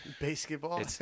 Basketball